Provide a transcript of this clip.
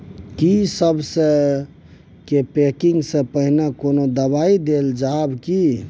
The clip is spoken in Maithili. की सबसे के पैकिंग स पहिने कोनो दबाई देल जाव की?